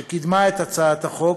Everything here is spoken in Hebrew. שקידמה את הצעת החוק,